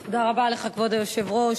תודה רבה לך, כבוד היושב-ראש,